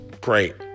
great